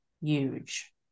huge